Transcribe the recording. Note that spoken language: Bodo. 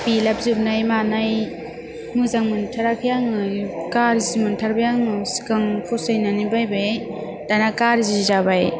बेलाबजोबनाय मानाय मोजां मोनथाराखै आङो गाज्रि मोनथारबाय आङो सिगां फसायनानै बायबाय दाना गारजि जाबाय